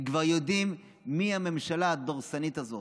הם כבר יודעים מי הממשלה הדורסנית הזאת,